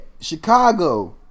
Chicago